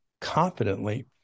confidently